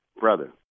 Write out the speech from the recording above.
brother